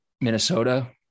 Minnesota